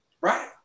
right